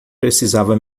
precisava